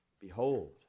Behold